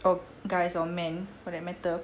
or guys or men for that matter